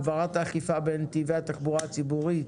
הגברת האכיפה בנתיבי התחבורה הציבורית